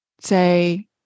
say